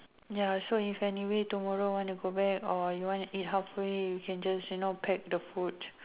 ya so if anyway tomorrow want to go back or you want to eat halfway you can just you know pack the food